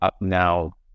now